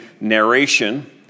narration